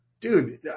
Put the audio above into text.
Dude